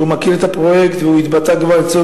הוא מכיר את הפרויקט והוא כבר התבטא אצלנו